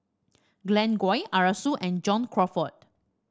Glen Goei Arasu and John Crawfurd